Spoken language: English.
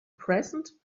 present